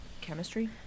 chemistry